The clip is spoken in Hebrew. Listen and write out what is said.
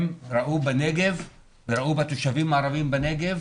הם ראו בתושבים הערביים בנגב